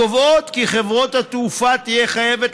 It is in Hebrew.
שקובעות כי חברת התעופה תהיה חייבת